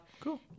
Cool